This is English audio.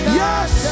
yes